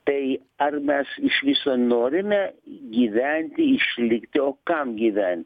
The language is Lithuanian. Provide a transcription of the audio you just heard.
tai ar mes iš viso norime gyventi išlikti o kam gyvent